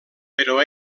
però